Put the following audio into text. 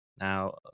Now